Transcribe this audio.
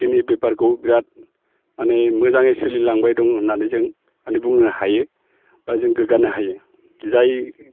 जोंनि बेफारखौ बिराद माने मोजाङै सोलिलांबाय दं होननानै जों माने बुंनो हायो बा जों गोग्गानो हायो जाय